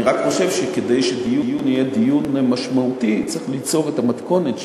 אני רק חושב שכדי שדיון יהיה דיון משמעותי צריך ליצור את המתכונת,